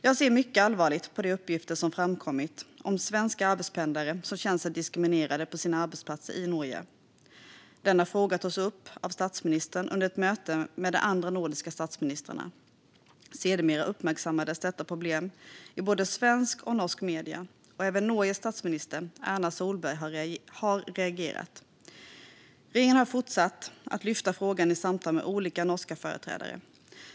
Jag ser mycket allvarligt på de uppgifter som framkommit om svenska arbetspendlare som känt sig diskriminerade på sina arbetsplatser i Norge. Denna fråga togs upp av statsministern under ett möte med de andra nordiska statsministrarna. Sedermera uppmärksammades detta problem i både svenska och norska medier, och även Norges statsminister Erna Solberg har reagerat. Regeringen har fortsatt att lyfta upp frågan i samtal med olika norska företrädare.